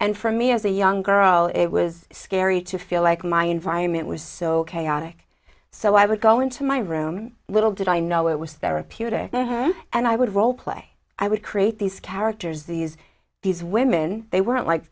and for me as a young girl it was scary to feel like my environment was so chaotic so i would go into my room little did i know it was therapeutic and i would role play i would create these characters these these women they weren't like